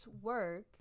work